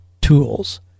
tools